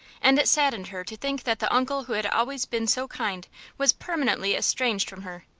and it saddened her to think that the uncle who had always been so kind was permanently estranged from her.